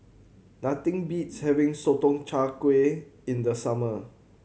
nothing beats having Sotong Char Kway in the summer